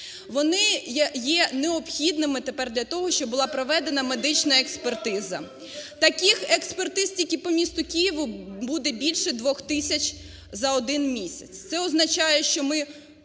вони є необхідними тепер для того, щоб була проведена медична експертиза. Таких експертиз тільки по місту Києву буде більше 2 тисяч за один місяць,